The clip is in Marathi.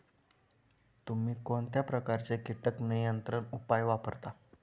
तुम्ही कोणत्या प्रकारचे कीटक नियंत्रण उपाय वापरता?